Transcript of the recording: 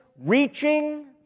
reaching